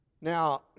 Now